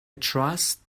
trust